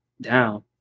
Down